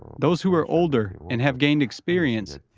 those who are older and have gained experience,